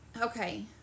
Okay